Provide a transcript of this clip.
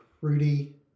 fruity